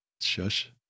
shush